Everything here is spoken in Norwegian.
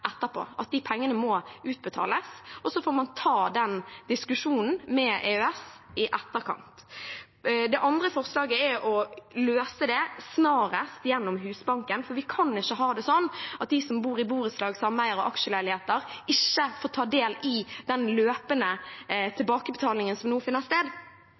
etterpå – de pengene må utbetales, og så får man ta den diskusjonen opp mot EØS i etterkant. Det andre forslaget er å løse det snarest gjennom Husbanken, for vi kan ikke ha det sånn at de som bor i borettslag, sameier og aksjeleiligheter, ikke får ta del i den løpende tilbakebetalingen som nå finner sted.